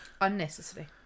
unnecessary